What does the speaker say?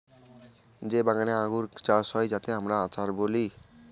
যে বাগানে আঙ্গুর চাষ হয় যাতে আমরা আচার বলি